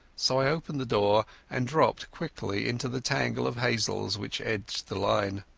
so i opened the door, and dropped quickly into the tangle of hazels which edged the line.